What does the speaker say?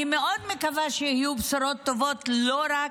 אני מאוד מקווה שיהיו בשורות טובות, לא רק,